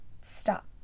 stop